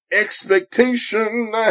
expectation